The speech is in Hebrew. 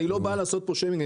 אני לא בא לעשות פה שיימינג.